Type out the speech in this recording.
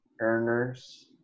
earners